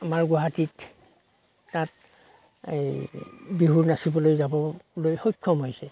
আমাৰ গুৱাহাটীত তাত এই বিহু নাচিবলৈ যাবলৈ সক্ষম হৈছে